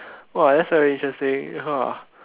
!wah! that's very interesting !wah!